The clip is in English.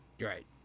right